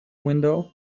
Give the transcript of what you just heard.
window